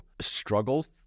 struggles